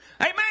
Amen